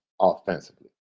offensively